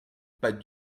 pas